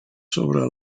sobre